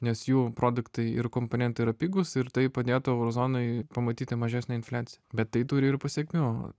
nes jų produktai ir komponentai yra pigūs ir tai padėtų euro zonai pamatyti mažesnę infliaciją bet tai turi ir pasekmių